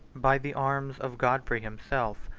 by the arms of godfrey himself,